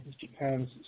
Japan's